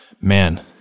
man